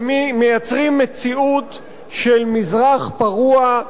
ומייצרים מציאות של מזרח פרוע,